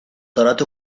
tarot